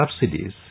subsidies